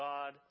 God